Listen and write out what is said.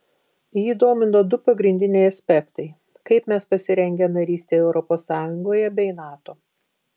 jį domino du pagrindiniai aspektai kaip mes pasirengę narystei europos sąjungoje bei nato